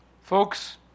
Folks